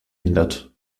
hindert